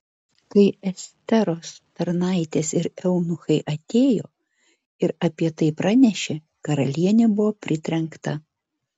kai esteros tarnaitės ir eunuchai atėjo ir apie tai pranešė karalienė buvo pritrenkta